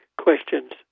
questions